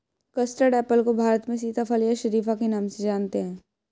custard apple को भारत में सीताफल या शरीफा के नाम से जानते हैं